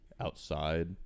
outside